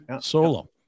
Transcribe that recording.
Solo